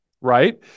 right